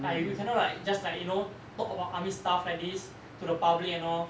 I you cannot like just like you know talk about army staff like this to the public and all